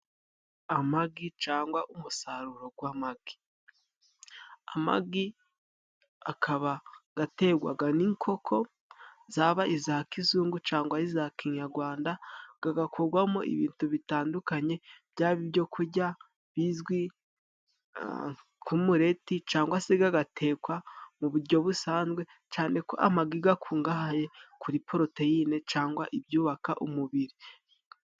Amagi cangwa umusaruro gw' amagi. Amagi akaba gategwaga n'inkoko, zaba iza kizungu cangwa iza kinyagwanda. Kagakorwamo ibintu bitandukanye, byaba ibyo kujya bizwi nk'umuleti cangwa se gatekwa mu buryo busanzwe cane ko amagi gakungahaye kuri poroteyine cangwa ibyubaka umubiri.